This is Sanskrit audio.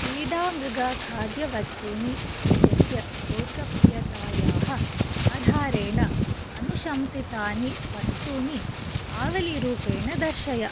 क्रीडामृग खाद्यवस्तूनि इत्यस्य लोकप्रियतायाः आधारेण अनुशंसितानि वस्तूनि आवलीरूपेण दर्शय